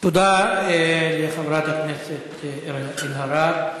תודה לחברת הכנסת קארין אלהרר.